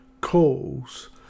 calls